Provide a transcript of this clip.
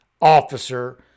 officer